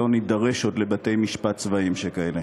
לא נידרש עוד לבתי-משפט צבאיים כאלה.